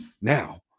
Now